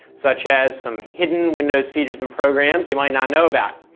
such as some hidden windows features and programs you might not know about.